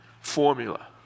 formula